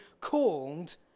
called